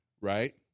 right